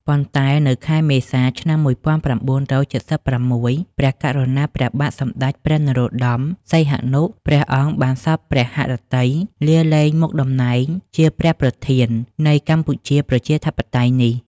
ប៉ុន្តែនៅខែមេសា ឆ្នាំ ១៩៧៦ ព្រះករុណាព្រះបាទសម្តេចព្រះនរោត្តម សីហនុ ព្រះអង្គបានសព្វព្រះហឫទ័យ លា លែងមុខតំណែងជាព្រះប្រធាន នៃកម្ពុជាប្រជាធិបតេយ្យនេះ។